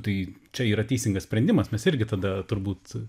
tai čia yra teisingas sprendimas mes irgi tada turbūt